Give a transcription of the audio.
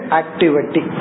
activity